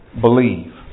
believe